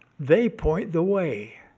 they point the way